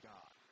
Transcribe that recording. God